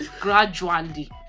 gradually